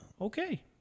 Okay